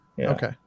Okay